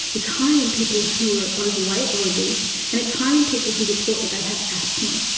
it's higher in people who are overweight or obese, and it's higher in people who report that they have asthma.